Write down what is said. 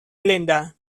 glinda